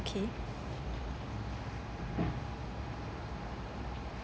okay